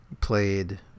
played